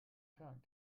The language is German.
tag